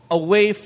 away